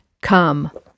come